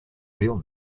real